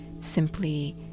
simply